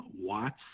Watts